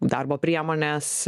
darbo priemones